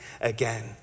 again